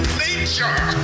nature